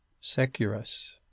securus